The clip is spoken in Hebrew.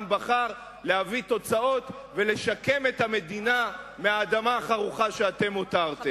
בחר להביא תוצאות ולשקם את המדינה מהאדמה החרוכה שאתם הותרתם.